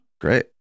Great